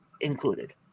included